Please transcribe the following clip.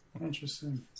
interesting